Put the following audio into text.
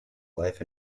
life